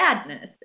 sadness